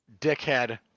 dickhead